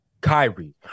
Kyrie